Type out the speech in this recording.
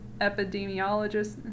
epidemiologist